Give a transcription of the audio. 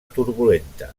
turbulenta